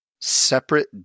separate